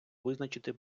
визначити